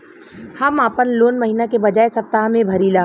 हम आपन लोन महिना के बजाय सप्ताह में भरीला